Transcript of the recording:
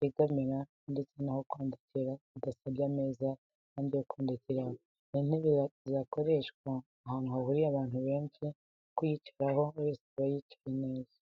yegamira ndetse n'aho kwandikira bidasabye ameza yandi yo kwandikiraho. Ni intebe zakoreshwa ahantu hahuriye abantu benshi kuko uwayicaraho wese yaba yicaye neza.